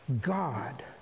God